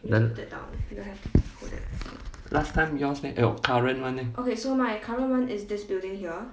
last time yours leh eh your current one eh